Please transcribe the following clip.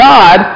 God